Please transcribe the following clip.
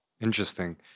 Interesting